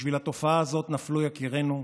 בשביל התופעה הזאת נפלו יקירינו?